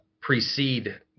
precede